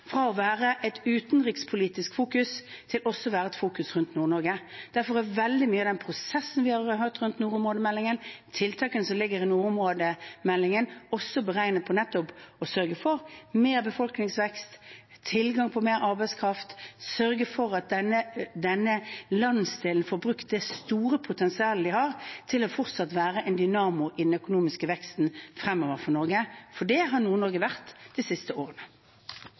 fra å være et utenrikspolitisk fokus til også å være et fokus rundt Nord-Norge. Derfor er veldig mye av den prosessen vi har hatt rundt nordområdemeldingen og tiltakene som ligger i nordområdemeldingen, også beregnet på nettopp å sørge for større befolkningsvekst, tilgang på mer arbeidskraft, at denne landsdelen får brukt det store potensialet den har til fortsatt å være en dynamo i den økonomiske veksten fremover for Norge, for det har Nord-Norge vært de siste årene.